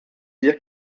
dire